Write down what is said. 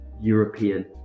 European